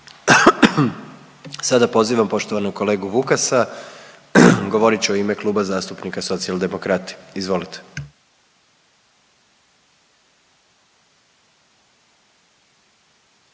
sada pozivamo poštovanog kolegu Vukasa govorit će u ime Kluba zastupnika Socijaldemokrati. Izvolite.